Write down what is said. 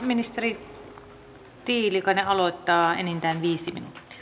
ministeri tiilikainen aloittaa enintään viisi minuuttia